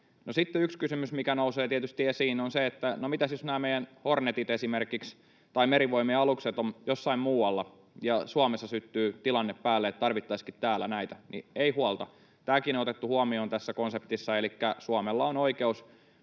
sitten yksi kysymys, mikä nousee tietysti esiin, on se, että, no mitäs jos esimerkiksi nämä meidän Hornetit tai Merivoimien alukset ovat jossain muualla ja Suomessa syttyy tilanne päälle, että tarvittaisiinkin täällä näitä — niin ei huolta, tämäkin on otettu huomioon tässä konseptissa. Elikkä Suomella on oikeus